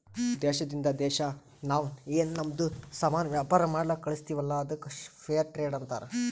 ದೇಶದಿಂದ್ ದೇಶಾ ನಾವ್ ಏನ್ ನಮ್ದು ಸಾಮಾನ್ ವ್ಯಾಪಾರ ಮಾಡ್ಲಕ್ ಕಳುಸ್ತಿವಲ್ಲ ಅದ್ದುಕ್ ಫೇರ್ ಟ್ರೇಡ್ ಅಂತಾರ